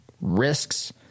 risks